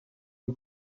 des